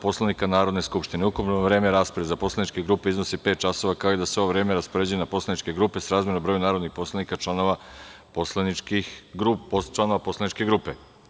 Poslovnika Narodne skupštine, ukupno vreme rasprave za poslaničke grupe iznosi pet časova, kao i da se ovo vreme raspoređuje na poslaničke grupe srazmerno broju narodnih poslanika članova poslaničke grupe.